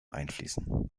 einfließen